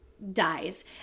dies